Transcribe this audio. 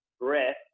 breath